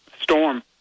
storm